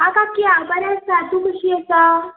आं काकी हांव बरें आसा तूं कशी आसा